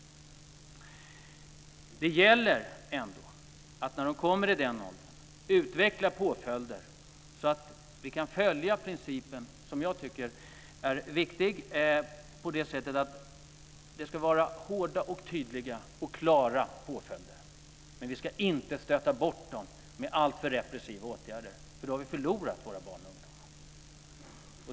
När ungdomar kommer i den åldern gäller det att utveckla påföljderna så att man tillämpa principen att det ska vara hårda, tydliga och klara påföljder, men vi ska inte stöta bort våra barn och ungdomar med alltför repressiva åtgärder, för då förlorar vi dem.